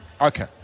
Okay